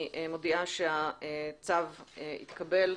אני מודיעה שהצו התקבל.